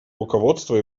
руководство